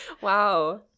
Wow